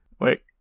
Wait